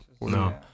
No